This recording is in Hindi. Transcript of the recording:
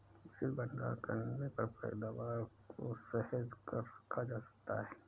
उचित भंडारण करने पर पैदावार को सहेज कर रखा जा सकता है